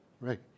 right